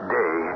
day